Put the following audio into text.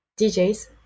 DJs